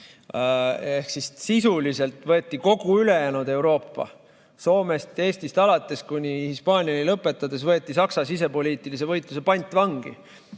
Ehk sisuliselt võeti kogu ülejäänud Euroopa, Soomest ja Eestist alates ning Hispaaniaga lõpetades, Saksa sisepoliitilise võitluse pantvangi.